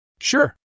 Sure